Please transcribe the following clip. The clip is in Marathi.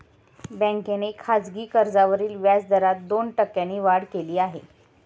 बँकेने खासगी कर्जावरील व्याजदरात दोन टक्क्यांनी वाढ केली आहे